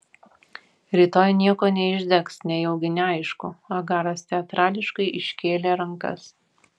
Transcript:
rytoj nieko neišdegs nejaugi neaišku agaras teatrališkai iškėlė rankas